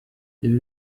ibi